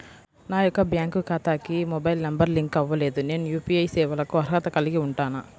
నా యొక్క బ్యాంక్ ఖాతాకి మొబైల్ నంబర్ లింక్ అవ్వలేదు నేను యూ.పీ.ఐ సేవలకు అర్హత కలిగి ఉంటానా?